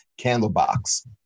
Candlebox